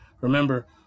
Remember